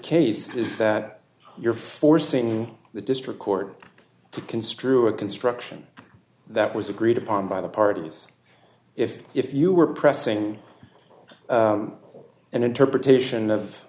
case is that you're forcing the district court to construe a construction that was agreed upon by the parties if if you were pressing an interpretation of